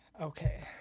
Okay